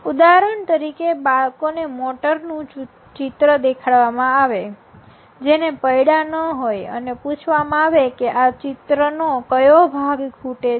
ઉદાહરણ તરીકે બાળકોને મોટર નું ચિત્ર દેખાડવામાં આવે જેને પૈડા ન હોય અને પૂછવામાં આવે કે આ ચિત્ર નો કયો ભાગ ખૂટે છે